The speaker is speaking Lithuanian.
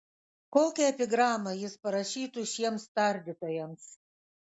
kokią epigramą jis parašytų šiems tardytojams